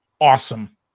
awesome